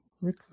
Rick